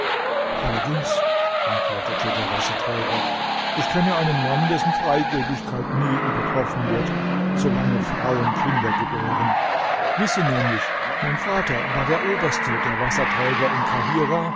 allerdings antwortete der wasserträger ich kenne einen mann dessen freigebigkeit nie übertroffen wird solange frauen kinder gebären wisse nämlich mein vater war der oberste der wasserträger in